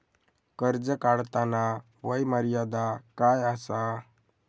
कर्ज काढताना वय मर्यादा काय आसा?